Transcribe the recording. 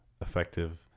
effective